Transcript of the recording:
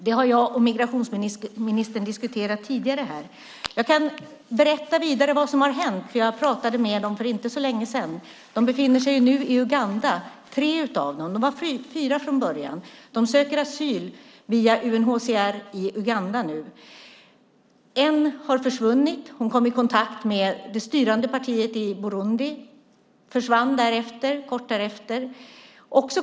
Det har jag och migrationsministern diskuterat tidigare här. Jag kan berätta vad som vidare har hänt, för jag pratade med dem för inte så länge sedan. Tre av dem befinner sig nu i Uganda. De var fyra från början. De söker nu asyl via UNHCR i Uganda. En har försvunnit. Hon kom i kontakt med det styrande partiet i Burundi och försvann kort därefter.